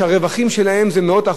והם לא טרף קל.